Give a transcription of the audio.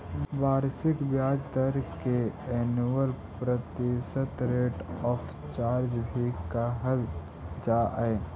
वार्षिक ब्याज दर के एनुअल प्रतिशत रेट ऑफ चार्ज भी कहल जा हई